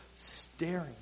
staring